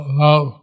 love